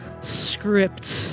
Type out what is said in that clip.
script